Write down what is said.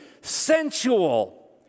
sensual